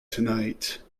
tonight